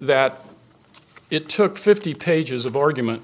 that it took fifty pages of argument